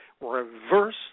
reverse